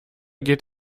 geht